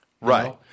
Right